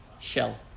shell